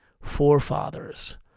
forefathers